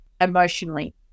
Emotionally